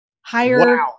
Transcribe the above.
higher